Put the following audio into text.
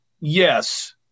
yes